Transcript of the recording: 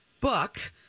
book